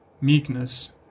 meekness